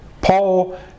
Paul